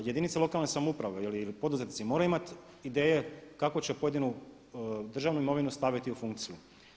Jedinice lokalne samouprave, jer poduzetnici moraju imati ideje kako će pojedinu državnu imovinu staviti u funkciju.